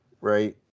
right